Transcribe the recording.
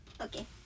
Okay